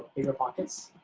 biggerpockets.